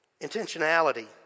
Intentionality